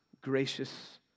gracious